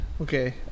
okay